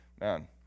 Man